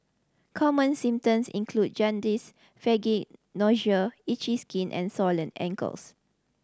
common symptoms include jaundice fatigue nausea itchy skin and swollen ankles